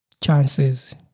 chances